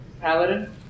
Paladin